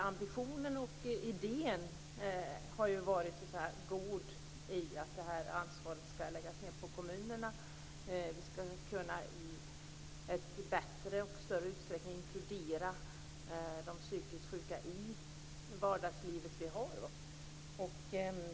Ambitionen och idén har varit god. Ansvaret skall läggas på kommunerna, och de psykiskt sjuka skall i större utsträckning inkluderas i vardagslivet.